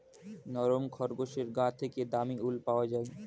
নরম খরগোশের গা থেকে দামী উল পাওয়া যায়